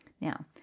now